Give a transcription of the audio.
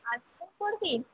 arts নিয়ে পড়বি